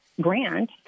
grant